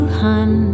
hun